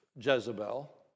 Jezebel